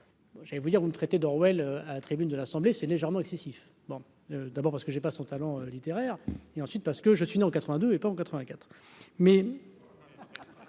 Je vais vous dire vous me traitez d'Orwell à la tribune de l'Assemblée s'est légèrement excessif, bon, d'abord parce que j'ai pas son talent littéraire et ensuite parce que je suis né en 82 et pas en 84